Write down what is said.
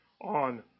on